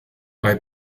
bei